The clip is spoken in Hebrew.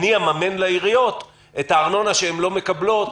אני אממן לעיריות את הארנונה שהן לא מקבלות,